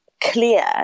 clear